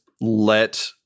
let